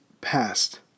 past